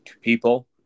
People